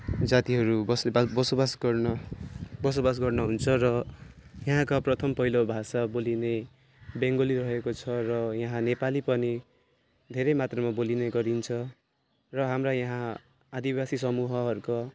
जातिहरू बसोबास बसोबास गर्न बसोबास गर्नु हुन्छ र यहाँका प्रथम पहिलो भाषा बोलिने बेङ्गोली रहेको छ यहाँ नेपाली पनि धेरै मात्रमा बोलिने गरिन्छ र हाम्रा यहाँ आदिवासी समूहहरूको